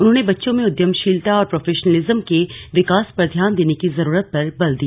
उन्होंने बच्चों में उद्यमशीलता और प्रोफेशनलिज्म के विकास पर ध्यान देने की जरूरत पर बल दिया